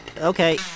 okay